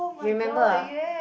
you remember ah